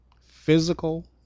Physical